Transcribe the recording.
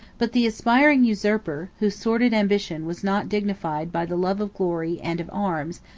but the aspiring usurper, whose sordid ambition was not dignified by the love of glory and of arms,